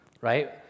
right